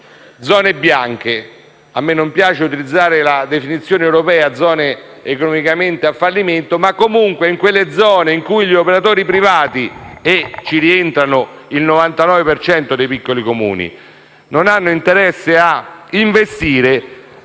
zone bianche. A me non piace utilizzare la definizione europea di zone economicamente a fallimento, ma comunque si tratta delle zone in cui gli operatori privati - ci rientrano il 99 per cento dei piccoli Comuni - non hanno interesse a investire.